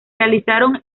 realizaron